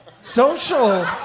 Social